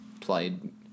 played